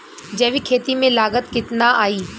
जैविक खेती में लागत कितना आई?